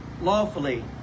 Lawfully